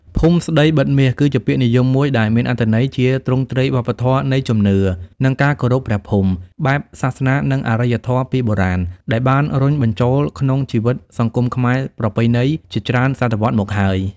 ភូមិស្តីបិទមាស គឺជាពាក្យនិយមមួយដែលមានអត្ថន័យជាទ្រង់ទ្រាយវប្បធម៌នៃជំនឿ និងការគោរពព្រះភូមិ បែបសាសនានិងអរិយធម៌ពីបុរាណ ដែលបានរុញបញ្ចូលក្នុងជីវិតសង្គមខ្មែរប្រពៃណីជាច្រើនសតវត្សរ៍មកហើយ។